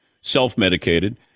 self-medicated